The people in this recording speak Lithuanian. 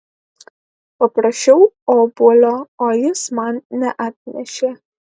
paprašiau obuolio o jis man neatnešė